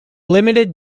limited